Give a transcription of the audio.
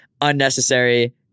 unnecessary